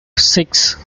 six